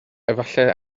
efallai